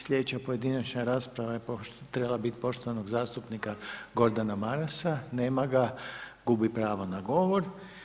Sljedeća pojedinačna rasprava je trebala biti poštovanog zastupnika Gordana Marasa, nema ga, gubi pravo na govor.